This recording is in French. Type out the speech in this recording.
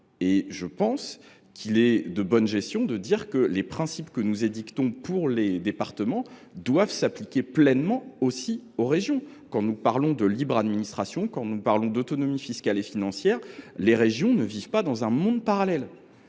Et je pense qu’il est de bonne gestion de dire que les principes que nous édictons pour les départements doivent aussi s’appliquer pleinement aux régions, que nous parlions de libre administration ou d’autonomie fiscale et financière. Les régions ne vivent pas dans un monde parallèle